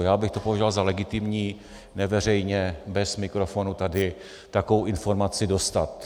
Já bych to považoval za legitimní, neveřejně, bez mikrofonu tady takovou informaci dostat.